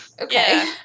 Okay